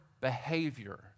behavior